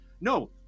no